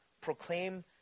Proclaim